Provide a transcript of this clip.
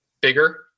bigger